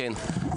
כן.